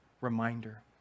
reminder